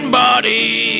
body